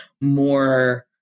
more